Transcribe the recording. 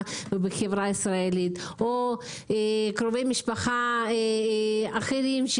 ובחברה הישראלית או קרובי משפחה אחרים,